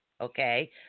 okay